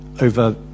over